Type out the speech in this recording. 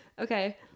Okay